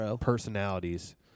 personalities